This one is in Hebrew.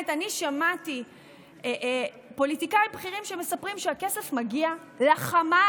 אני שמעתי פוליטיקאים בכירים מספרים שהכסף מגיע לחמאס,